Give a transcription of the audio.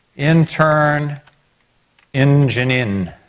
intern enginin.